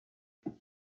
vous